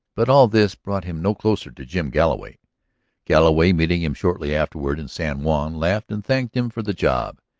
but all this brought him no closer to jim galloway galloway, meeting him shortly afterward in san juan, laughed and thanked him for the job.